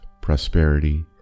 prosperity